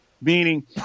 Meaning